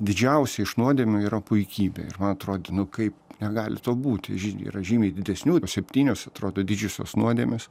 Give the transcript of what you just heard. didžiausia iš nuodėmių yra puikybė ir man atrodė nu kaip negali būti žydi yra žymiai didesnių septynios atrodo didžiosios nuodėmės